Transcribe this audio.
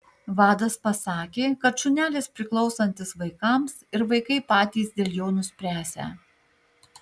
vadas pasakė kad šunelis priklausantis vaikams ir vaikai patys dėl jo nuspręsią